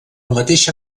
mateixa